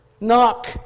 Knock